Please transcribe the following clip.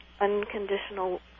unconditional